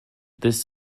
this